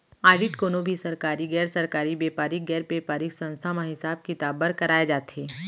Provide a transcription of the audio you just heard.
audit कोनो भी सरकारी, गैर सरकारी, बेपारिक, गैर बेपारिक संस्था म हिसाब किताब बर कराए जाथे